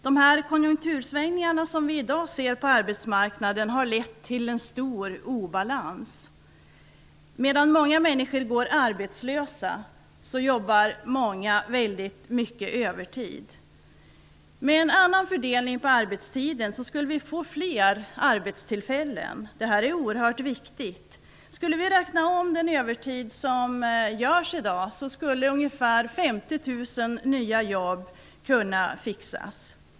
De konjunktursvängningar som vi i dag ser på arbetsmarknaden har lett till en stor obalans. Medan många människor går arbetslösa har andra väldigt mycket övertid. Med en annan fördelning av arbetstiden skulle det bli fler arbetstillfällen. Detta är oerhört viktigt. Om vi räknade om all övertid i dag, skulle ungefär 50 000 nya jobb kunna fixas.